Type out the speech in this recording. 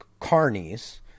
carnies